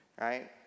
Right